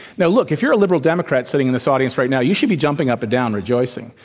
now, look, if you're a liberal democrat sitting in this audience right now, you should be jumping up and down, rejoicing.